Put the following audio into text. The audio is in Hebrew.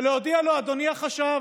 ולהודיע לו: אדוני החשב,